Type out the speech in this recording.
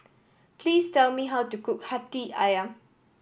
please tell me how to cook Hati Ayam